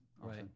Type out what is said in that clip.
right